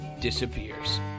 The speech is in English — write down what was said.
disappears